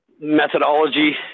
methodology